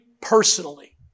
personally